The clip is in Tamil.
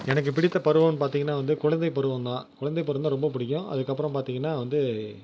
எனக்கு பிடித்த பருவம்னு பார்த்திங்கன்னா வந்து குழந்தைப் பருவம் தான் குழந்தை பருவம் தான் ரொம்ப பிடிக்கும் அதுக்கப்புறம் பார்த்திங்கன்னா வந்து